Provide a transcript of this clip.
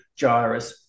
gyrus